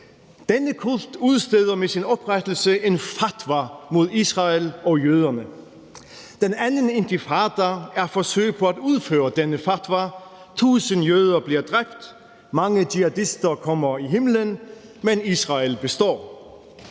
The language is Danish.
Denne kult udsteder med sin oprettelse en fatwa mod Israel og jøderne. Den anden intifada er et forsøg på at udføre denne fatwa. 1.000 jøder bliver dræbt, mange jihadister kommer i himlen, men Israel består.